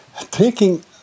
taking